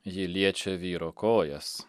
ji liečia vyro kojas